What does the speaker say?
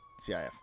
CIF